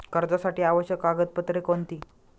कर्जासाठी आवश्यक कागदपत्रे कोणती?